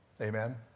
Amen